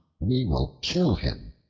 we will kill him.